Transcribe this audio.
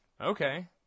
okay